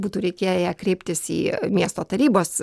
būtų reikėję kreiptis į miesto tarybos